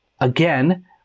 again